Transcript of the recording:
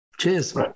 Cheers